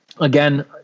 again